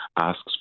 asks